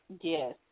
Yes